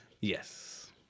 Yes